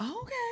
Okay